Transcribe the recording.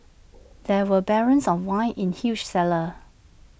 there were barrels of wine in huge cellar